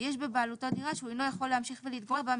יש בבעלותו דירה שהוא אינו יכול להמשיך ולהתגורר בה,